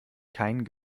keinen